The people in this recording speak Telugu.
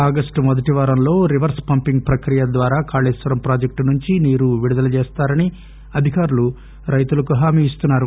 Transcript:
ఆగస్టు మొదటివారంలో రివర్స్ పంపింగ్ పుక్రియ ద్వారా కాళేశ్వరం ప్రాజెక్టు నుంచి నీరు విడుదల చేస్తారని అధికారులు రైతులకు హామీ ఇస్తున్నారు